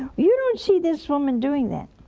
you don't see this woman doing that.